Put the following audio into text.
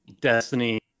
Destiny